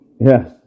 Yes